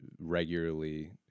regularly